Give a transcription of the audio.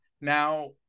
Now